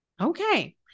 Okay